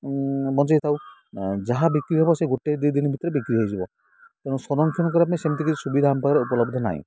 ବଞ୍ଚାଇଥାଉ ଯାହା ବିକ୍ରି ହେବ ସେ ଗୋଟେ ଦୁଇ ଦିନ ଭିତରେ ବିକ୍ରି ହେଇଯିବ ତେଣୁ ସଂରକ୍ଷଣ କରିବା ପାଇଁ ସେମିତି କିଛି ସୁବିଧା ଆମ ପାଖରେ ଉପଲବ୍ଧ ନାହିଁ